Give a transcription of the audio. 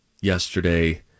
yesterday